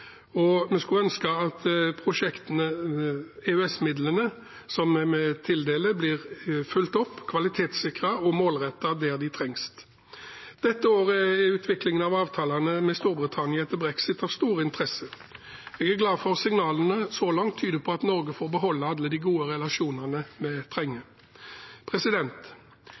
og vi skulle ønske at prosjektene som vi tildeler EØS-midler til, blir fulgt opp, kvalitetssikret og målrettet der de trengs. Dette året er utviklingen av avtalene med Storbritannia etter brexit av stor interesse. Jeg er glad for at signalene så langt tyder på at Norge får beholde alle de gode relasjonene vi trenger.